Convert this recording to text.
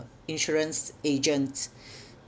insurance agent